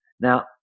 Now